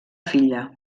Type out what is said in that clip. filla